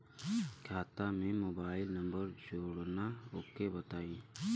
खाता में mobile number जोड़ना ओके बताई?